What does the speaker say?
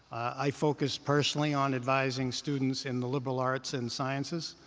i focus personally on advising students in the liberal arts and sciences.